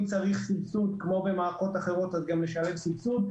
אם צריך סבסוד כמו במערכות אחרות אז גם לשלב סבסוד,